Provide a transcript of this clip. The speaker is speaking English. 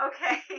Okay